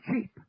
cheap